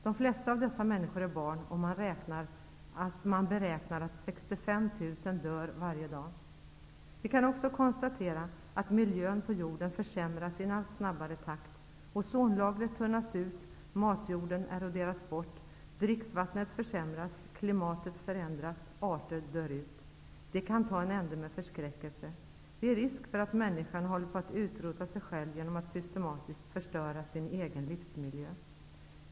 De flesta av dessa människor är barn och man beräknar att 65 000 dör varje dag. Vi kan också konstatera att miljön på jorden försämras i en allt snabbare takt. Ozonlagret tunnas ut, matjorden eroderas bort, dricksvattnet försämras, klimatet förändras, arter dör ut. Det kan ta en ände med förskräckelse. Det finns risk för att människan håller på att utrota sig själv genom att systematiskt förstöra sin egen livsmiljö.